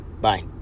Bye